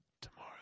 tomorrow